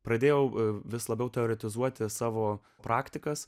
pradėjau vis labiau automatizuoti savo praktikas